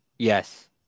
Yes